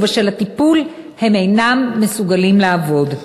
ובשל הטיפול הם אינם מסוגלים לעבוד.